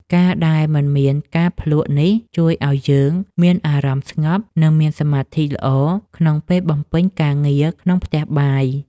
ការដែលមិនមានការភ្លក្សនេះជួយឱ្យយើងមានអារម្មណ៍ស្ងប់ និងមានសមាធិល្អក្នុងពេលបំពេញការងារក្នុងផ្ទះបាយ។